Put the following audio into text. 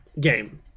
game